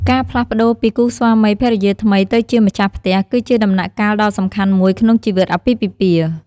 ការផ្លាស់ប្តូរពីគូស្វាមីភរិយាថ្មីទៅជាម្ចាស់ផ្ទះ គឺជាដំណាក់កាលដ៏សំខាន់មួយក្នុងជីវិតអាពាហ៍ពិពាហ៍។